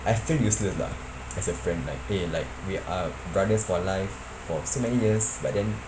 I feel useless lah as a friend like eh like we are brothers for life for so many years but then